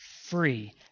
free